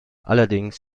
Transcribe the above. allerdings